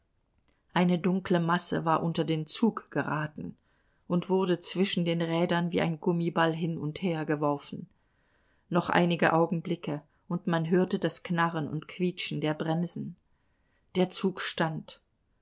eine dunkle masse war unter den zug geraten und wurde zwischen den rädern wie ein gummiball hin und her geworfen noch einige augenblicke und man hörte das knarren und quietschen der bremsen der zug stand